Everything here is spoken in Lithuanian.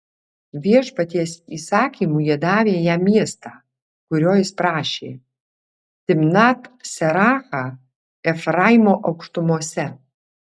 viešpaties įsakymu jie davė jam miestą kurio jis prašė timnat serachą efraimo aukštumose